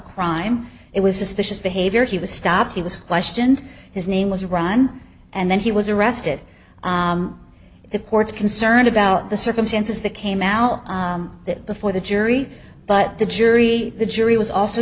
crime it was suspicious behavior he was stopped he was questioned his name was ron and then he was arrested of course concerned about the circumstances that came out that before the jury but the jury the jury was also